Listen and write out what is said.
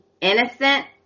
innocent